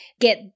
get